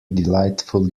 delightful